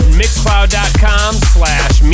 mixcloud.com/slash